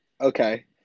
Okay